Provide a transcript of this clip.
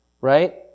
right